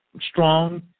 strong